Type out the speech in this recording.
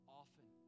often